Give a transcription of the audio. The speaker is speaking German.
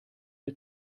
der